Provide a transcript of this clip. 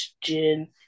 Jin